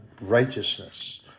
righteousness